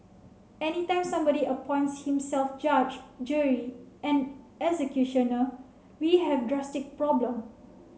any time somebody appoints himself judge jury and executioner we have drastic problem